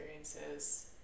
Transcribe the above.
experiences